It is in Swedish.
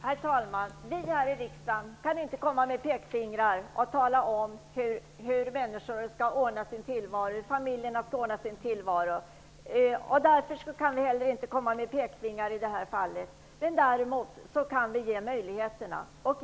Herr talman! Vi här i riksdagen kan inte komma med pekpinnar och tala om hur familjerna skall ordna sin tillvaro. Därför kan vi inte heller i det här fallet komma med pekpinnar. Däremot kan vi ge familjer möjligheter.